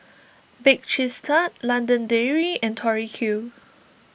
Bake Cheese Tart London Dairy and Tori Q